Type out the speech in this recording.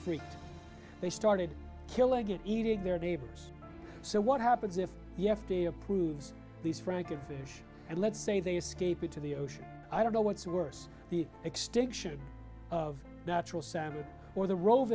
freaked they started killing eating their neighbors so what happens if you have to approve these frankenfish and let's say they escape into the ocean i don't know what's worse the extinction of natural salmon or the ro